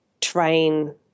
train